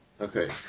Okay